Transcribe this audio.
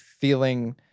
feeling